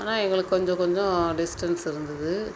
ஆனால் எங்களுக்கு கொஞ்சம் கொஞ்சம் டிஸ்டன்ஸ் இருந்தது